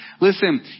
Listen